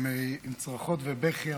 עם צרחות ובכי,